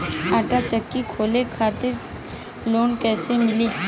आटा चक्की खोले खातिर लोन कैसे मिली?